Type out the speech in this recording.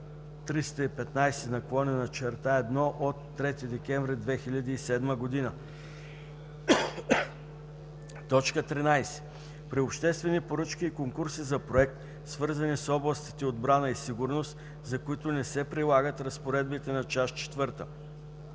Съвета (OB, L 315/1 от 3 декември 2007 г.); 13. при обществени поръчки и конкурси за проект, свързани с областите отбрана и сигурност, за които не се прилагат разпоредбите на част